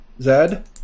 Zed